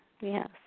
yes